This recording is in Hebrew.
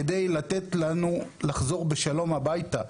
כדי לתת לנו לחזור בשלום הביתה.